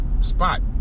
spot